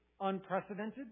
unprecedented